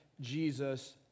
Jesus